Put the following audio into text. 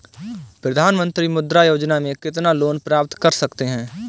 प्रधानमंत्री मुद्रा योजना में कितना लोंन प्राप्त कर सकते हैं?